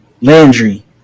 Landry